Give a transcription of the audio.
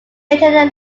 attended